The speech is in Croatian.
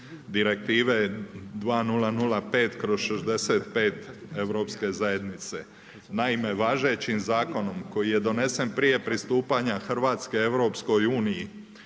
Direktive 2005/65 Europske zajednice. Naime, važećim zakonom koji je donesen prije pristupanje Hrvatske EU,